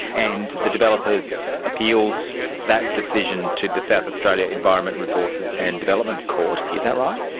and the developers appealed that decision to the south australia environment resources and development court, is that right?